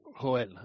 Joel